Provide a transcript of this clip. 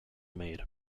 made